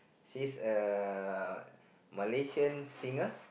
she's a Malaysian singer